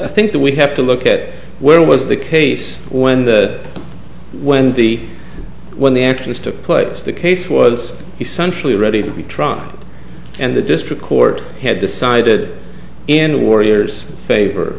i think that we have to look at where was the case when the when the when the actually took place the case was essentially ready to be trumped and the district court had decided in warriors favor